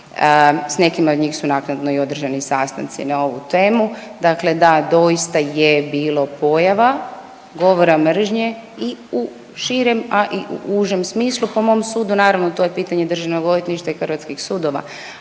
s nekima od njih su naknadno i održani sastanci na ovu temu. Dakle, da, doista je bilo pojava govora mržnje i u širem, a i u užem smislu, po mom sudu, naravno, to je pitanje DORH-a i hrvatskih sudova,